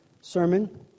sermon